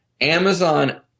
Amazon